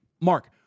Mark